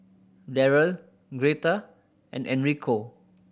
Daryle Greta and Enrico